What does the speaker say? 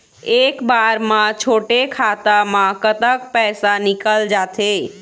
एक बार म छोटे खाता म कतक पैसा निकल जाथे?